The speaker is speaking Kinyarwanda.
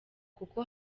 kuko